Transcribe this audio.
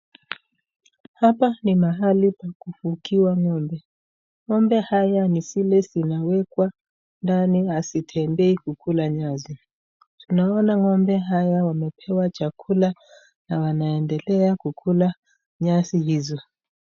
Hapa ni mahali pakufugiwa ng'ombe.Ng'ombe hizi ni zile zinawekwa ndani hazitembei kukula nyasi. Naona ng'ombe haya wamepewa chakula na wanaendelea kukula nyasi hizo.